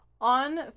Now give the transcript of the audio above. On